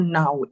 now